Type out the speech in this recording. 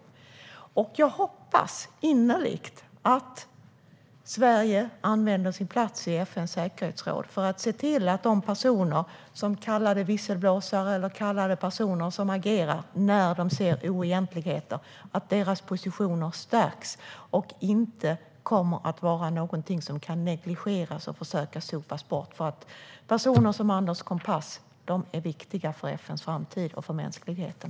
Kalla dem visselblåsare eller personer som agerar när de ser oegentligheter - jag hoppas innerligt att Sverige använder sin plats i FN:s säkerhetsråd för att se till att dessa personers positioner stärks och att detta inte kommer att vara någonting som kan negligeras och som man kan försöka att sopa bort. Personer som Anders Kompass är viktiga för FN:s framtid och för mänskligheten.